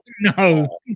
No